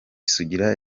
sugira